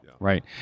Right